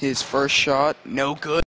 his first shot no good